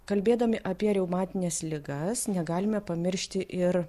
kalbėdami apie reumatines ligas negalime pamiršti ir